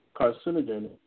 carcinogen